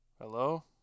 hello